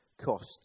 costs